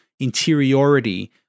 interiority